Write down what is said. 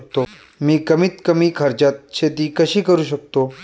मी कमीत कमी खर्चात शेती कशी करू शकतो?